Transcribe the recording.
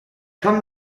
come